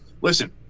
listen